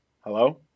Hello